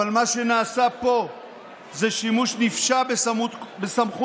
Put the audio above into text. אבל מה שנעשה פה הוא שימוש נפשע בסמכות